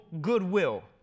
goodwill